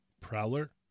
prowler